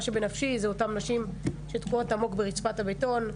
מה שבנפשי זה אותן נשים שתקועות עמוק ברצפת הבטון.